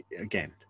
again